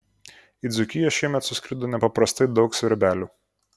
į dzūkiją šiemet suskrido nepaprastai daug svirbelių